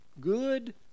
Good